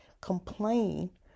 complain